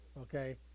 Okay